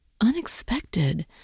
unexpected